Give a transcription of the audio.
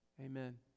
amen